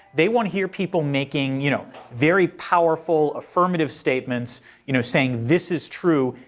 they want to hear people making you know very powerful affirmative statements you know saying this is true,